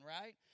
right